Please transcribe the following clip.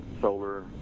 solar